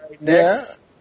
Next